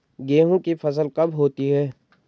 गेहूँ की फसल कब होती है?